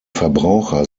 verbraucher